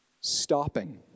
stopping